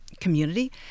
community